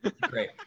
Great